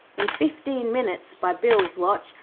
in fifteen minutes, by bill's watch,